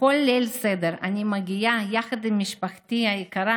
בכל ליל סדר אני מגיעה יחד עם משפחתי היקרה